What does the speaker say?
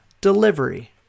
delivery